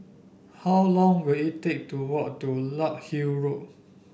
how long will it take to walk to Larkhill Road